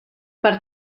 per